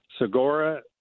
Segura